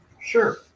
Sure